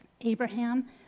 Abraham